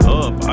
up